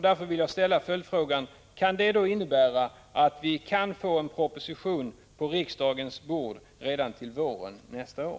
Därför vill jag ställa följdfrågan: Kan det då innebära att vi kan få en proposition på riksdagens bord redan under våren nästa år?